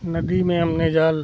नदी में हमने जाल